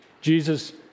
Jesus